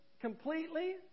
completely